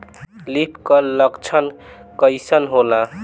Leaf curl लक्षण कइसन होला?